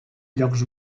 llocs